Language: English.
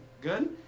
good